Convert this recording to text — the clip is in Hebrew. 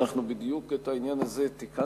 שאנחנו בדיוק תיקנו את העניין הזה והתייחסנו.